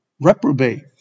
reprobate